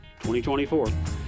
2024